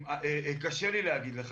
קשה לי להגיד לך.